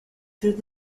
through